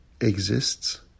exists